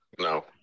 No